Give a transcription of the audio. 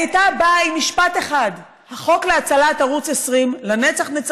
הייתה באה עם משפט אחד: החוק להצלת ערוץ 20 לנצח-נצחים,